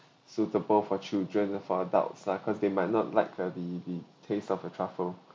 suitable for children for adults lah cause they might not like uh the the taste of a truffle